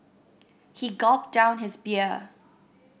he gulped down his beer